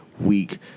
week